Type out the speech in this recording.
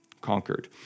conquered